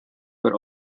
but